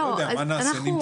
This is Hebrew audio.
אני לא יודע, מה נעשה?